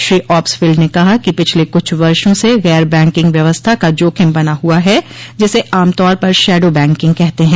Shri Obstfeld ने कहा कि पिछले कुछ वर्षों से गैर बैंकिंग व्यवस्था का जोखिम बना हुआ है जिसे आमतौर पर शैडो बैंकिंग कहते हैं